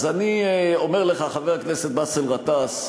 אז אני אומר לך, חבר הכנסת באסל גטאס,